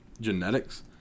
genetics